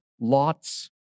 Lot's